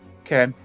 Okay